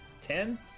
Ten